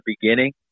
beginning